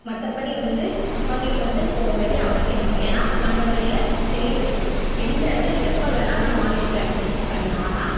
மற்றப்படி வந்து வங்கிக்கு வந்து போக வேண்டிய அவசியம் இல்லை ஏன்னால் நம்மள் கையில் செல் இருக்குது எந்த இடத்துல எப்போ வேண்ணாலும் நம்ம ஆன்லைன் டிரான்ஸிலேஷன் பண்ணலாம் ஆனால்